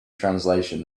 translation